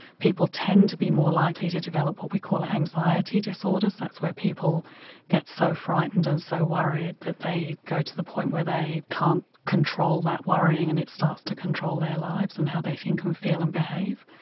people tend to be more likely to develop what we call anxiety disorders, that's where people get so frightened and so worried that they go to the point where they can't control that worrying and it starts to control their lives and how they think and um feel and behave.